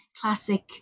classic